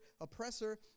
oppressor